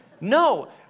No